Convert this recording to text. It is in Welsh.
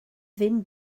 ddim